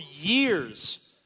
years